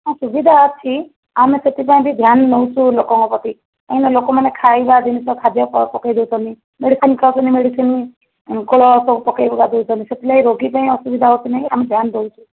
ହଁ ସୁବିଧା ଅଛି ଆମେ ସେଥିପାଇଁ ବି ଧ୍ୟାନ ନେଉଛୁ ଲୋକଙ୍କ ପ୍ରତି କାହିଁକି ନା ଲୋକମାନେ ଖାଇବା ଜିନିଷ ଖାଦ୍ୟ ପକାଇଦେଉଛନ୍ତି ମେଡ଼ିସିନ୍ ଖାଉଛନ୍ତି ମେଡ଼ିସିନ୍ ଖୋଳ ସବୁ ପକାଇପୁକାଦଉଛନ୍ତି ସେଥିଲାଗି ରୋଗୀପାଇଁ ଅସୁବିଧା ହେଉଛି ବୋଲି ଆମେ ଧ୍ୟାନ ଦେଉଛୁ